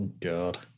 God